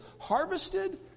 harvested